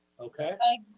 okay.